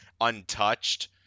untouched